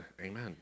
amen